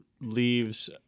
leaves